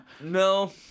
No